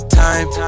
time